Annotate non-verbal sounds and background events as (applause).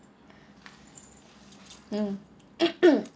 mm (coughs)